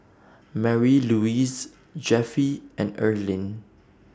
Marylouise Jeffie and Earlene